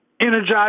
energize